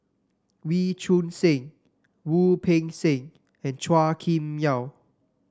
Wee Choon Seng Wu Peng Seng and Chua Kim Yeow